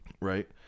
right